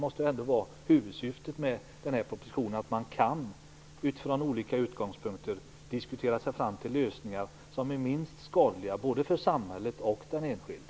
Propositionens huvudsyfte är att man från olika utgångspunkter skall kunna diskutera sig fram till de lösningar som är minst skadliga både för samhället och för den enskilde.